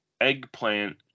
Eggplant